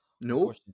No